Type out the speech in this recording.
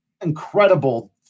incredible